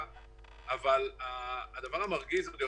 לפחות את הדבר הזה